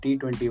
T20